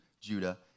Judah